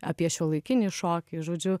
apie šiuolaikinį šokį žodžiu